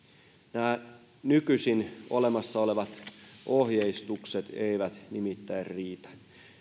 nämä nykyisin olemassa olevat ohjeistukset eivät nimittäin riitä